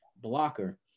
blocker